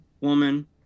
woman